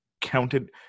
counted